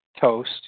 toast